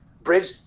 bridge